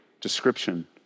description